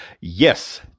Yes